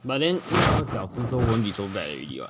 but then 因为小只 so won't be so bad already [what]